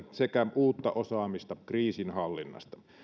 sekä uutta osaamista kriisinhallinnasta